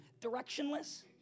directionless